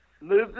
Move